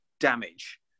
Damage